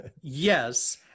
yes